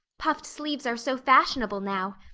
puffed sleeves are so fashionable now.